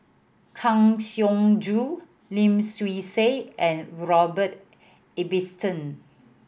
Kang Siong Joo Lim Swee Say and Robert Ibbetson